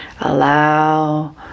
Allow